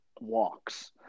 walks